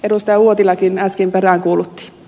uotilakin äsken peräänkuulutti